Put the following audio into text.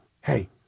hey